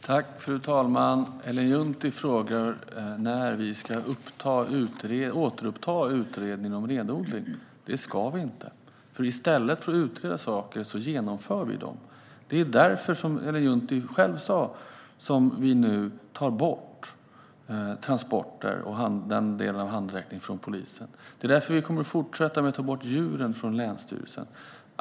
Fru ålderspresident! Ellen Juntti frågar när vi ska återuppta utredningen om renodling. Det ska vi inte. I stället för att utreda saker genomför vi dem. Det är därför som vi nu, som Ellen Juntti själv framhöll, tar bort transporter och den delen av handräckningen från polisen. Vi kommer att fortsätta med att ta bort djuren från länsstyrelsen.